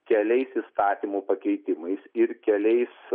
keliais įstatymų pakeitimais ir keliais